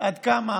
עד כמה